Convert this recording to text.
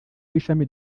w’ishami